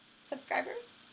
subscribers